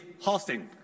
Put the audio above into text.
hosting